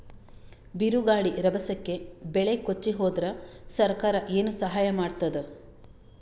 ಬಿರುಗಾಳಿ ರಭಸಕ್ಕೆ ಬೆಳೆ ಕೊಚ್ಚಿಹೋದರ ಸರಕಾರ ಏನು ಸಹಾಯ ಮಾಡತ್ತದ?